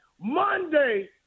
Monday